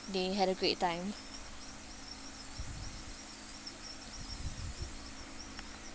they had a great time